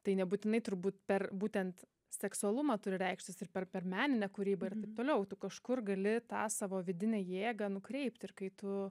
tai nebūtinai turbūt per būtent seksualumą turi reikštis ir per per meninę kūrybą ir toliau tu kažkur gali tą savo vidinę jėgą nukreipt ir kai tu